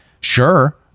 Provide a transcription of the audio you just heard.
sure